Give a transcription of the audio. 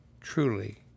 truly